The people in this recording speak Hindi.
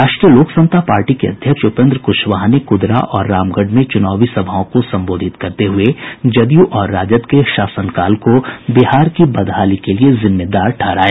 राष्ट्रीय लोक समता पार्टी के अध्यक्ष उपेन्द्र कुशवहा ने कुदरा और रामगढ़ में चुनावी सभाओं को संबोधित करते हुए जदयू और राजद के शासनकाल को बिहार की बदहाली के लिए जिम्मेदार ठहराया